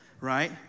right